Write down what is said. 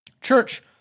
Church